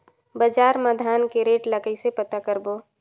बजार मा धान के रेट ला कइसे पता करबो?